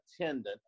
attendant